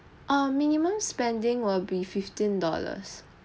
um minimum spending will be fifteen dollars